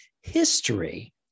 history